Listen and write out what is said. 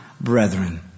brethren